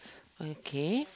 okay